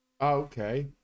Okay